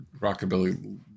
rockabilly